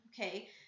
Okay